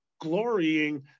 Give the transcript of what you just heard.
glorying